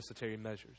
measures